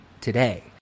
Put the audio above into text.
today